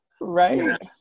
Right